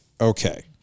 Okay